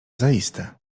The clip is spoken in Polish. zaiste